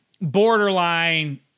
borderline